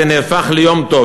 היום נהפך ליום טוב.